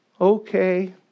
okay